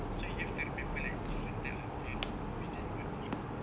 so you have to remember like different types of theory within one week